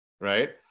right